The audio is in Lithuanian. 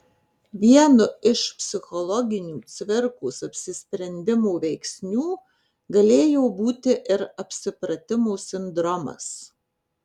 vienu iš psichologinių cvirkos apsisprendimo veiksnių galėjo būti ir apsipratimo sindromas